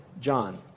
John